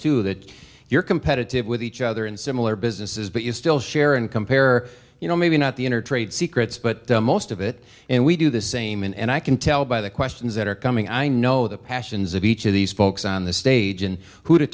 too that you're competitive with each other in similar businesses but you still share and compare you know maybe not the inner trade secrets but most of it and we do the same and i can tell by the questions that are coming i know the passions of each of these folks on the stage and who to